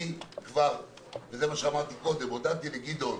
אני כבר הודעתי לגדעון